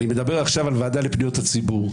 אני מדבר עכשיו על הוועדה לפניות הציבור,